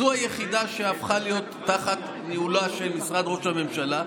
זו היחידה שהפכה להיות תחת ניהולו של משרד ראש הממשלה.